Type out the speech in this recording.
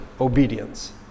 obedience